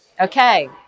Okay